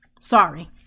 sorry